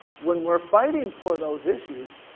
when we're fighting for those issues,